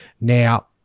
Now